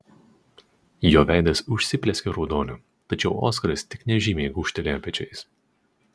jo veidas užsiplieskė raudoniu tačiau oskaras tik nežymiai gūžtelėjo pečiais